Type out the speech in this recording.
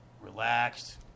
relaxed